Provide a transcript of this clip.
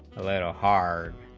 a little hard